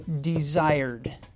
desired